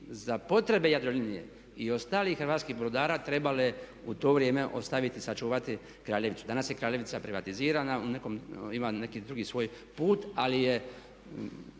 za potrebe Jadrolinije i ostalih hrvatskih brodara trebalo je u to vrijeme ostaviti, sačuvati Kraljevicu. Danas je Kraljevica privatizirana, ima neki drugi svoj put. Ali je,